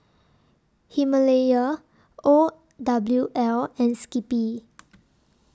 Himalaya O W L and Skippy